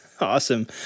Awesome